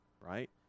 right